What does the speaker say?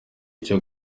cyo